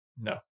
No